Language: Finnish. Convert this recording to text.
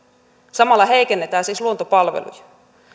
samalla heikennetään siis luontopalveluja